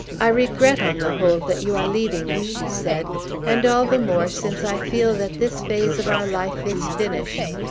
i regret, on the whole, that you are leaving us, she said and all the more, since i feel that this phase of our life is finished,